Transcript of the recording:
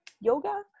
yoga